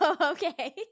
Okay